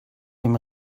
dem